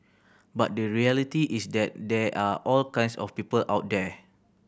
but the reality is that there are all kinds of people out there